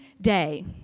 day